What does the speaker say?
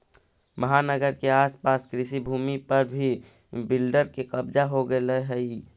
महानगर के आस पास कृषिभूमि पर भी बिल्डर के कब्जा हो गेलऽ हई